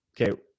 Okay